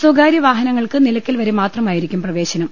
സ്ഥകാര്യ വാഹനങ്ങൾക്ക് നില ക്കൽ വരെ മാത്രമായിരിക്കും പ്രവേശനം